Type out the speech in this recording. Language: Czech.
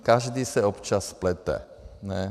Každý se občas splete, ne?